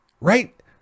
right